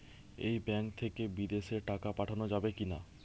এই ব্যাঙ্ক থেকে বিদেশে টাকা পাঠানো যাবে কিনা?